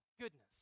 goodness